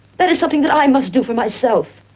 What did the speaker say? that is something that i must do for myself.